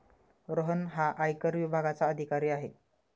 रोहन हा आयकर विभागाचा अधिकारी आहे